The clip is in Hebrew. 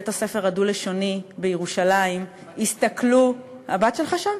בית-הספר הדו-לשוני בירושלים יסתכלו, הבת שלי שם.